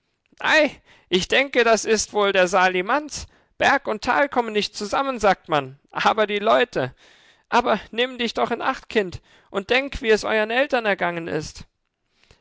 ich denke das ist wohl der sali manz berg und tal kommen nicht zusammen sagt man aber die leute aber nimm dich doch in acht kind und denk wie es euren eltern ergangen ist